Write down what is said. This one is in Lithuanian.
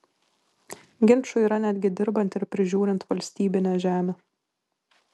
ginčų yra netgi dirbant ir prižiūrint valstybinę žemę